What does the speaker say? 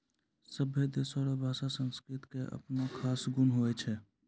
सभै देशो रो भाषा संस्कृति के अपनो खास गुण हुवै छै